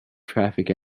traffic